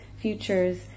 futures